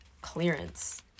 clearance